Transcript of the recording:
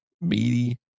meaty